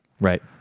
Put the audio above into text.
Right